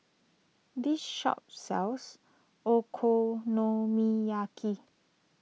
this shop sells Okonomiyaki